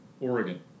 Oregon